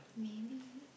maybe